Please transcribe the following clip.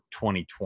2020